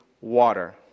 water